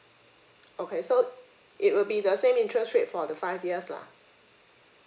okay so it will be the same interest rate for the five years lah